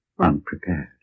unprepared